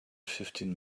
fifteen